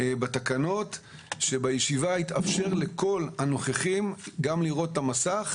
והוא שבישיבה יתאפשר לכל הנוכחים גם לראות את המסך